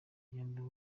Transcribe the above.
gihembo